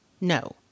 No